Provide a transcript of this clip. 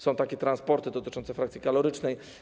Są takie transporty dotyczące frakcji kalorycznej.